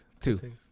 Two